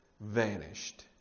vanished